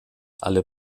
alle